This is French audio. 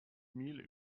mille